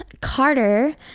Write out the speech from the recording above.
Carter